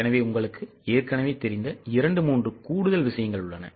எனவே உங்களுக்கு ஏற்கனவே தெரிந்த இரண்டு மூன்று கூடுதல் விஷயங்கள் உள்ளன